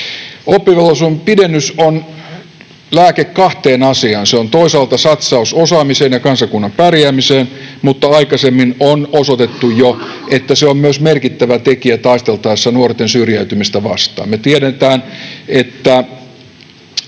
Oppivelvollisuuden pidennys on lääke kahteen asiaan: se on toisaalta satsaus osaamiseen ja kansakunnan pärjäämiseen, mutta aikaisemmin on jo osoitettu, että se on myös merkittävä tekijä taisteltaessa nuorten syrjäytymistä vastaan.